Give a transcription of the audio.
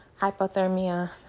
hypothermia